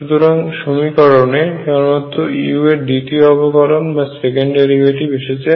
সুতরাং সমীকরণে কেবমাত্র u এর দ্বিতীয় অবকলন এসেছে